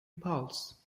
pals